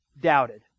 doubted